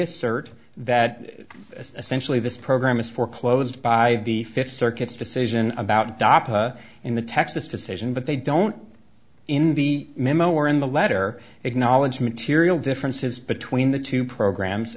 assert that as essentially this program is foreclosed by the fifth circuit decision about adopt in the texas decision but they don't in the memo or in the letter acknowledge material differences between the two programs